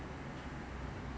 I also feel like